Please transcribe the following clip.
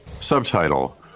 Subtitle